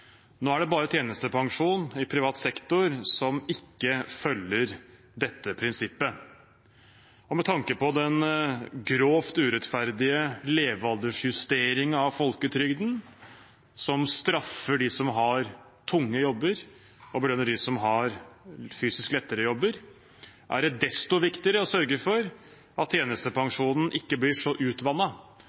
Nå er det bare tjenestepensjon i privat sektor som ikke følger dette prinsippet. Med tanke på den grovt urettferdige levealdersjusteringen av folketrygden, som straffer dem som har tunge jobber, og belønner dem som har fysisk lettere jobber, er det desto viktigere å sørge for at tjenestepensjonen ikke blir så